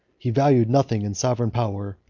he valued nothing in sovereign power,